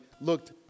looked